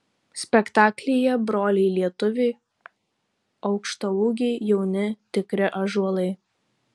spektaklyje broliai lietuviai aukštaūgiai jauni tikri ąžuolai